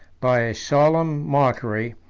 by a solemn mockery,